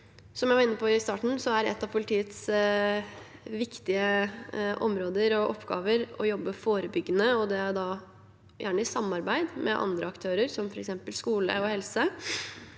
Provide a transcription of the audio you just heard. Som jeg var inne på i starten, er en av politiets viktigste oppgaver å jobbe forebyggende, gjerne i samarbeid med andre aktører, som f.eks. skole og helse.